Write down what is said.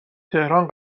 تهران